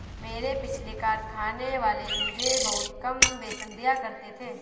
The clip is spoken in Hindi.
मेरे पिछले कारखाने वाले मुझे बहुत कम वेतन दिया करते थे